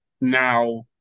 now